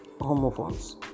homophones